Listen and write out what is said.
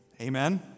Amen